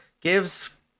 gives